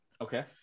Okay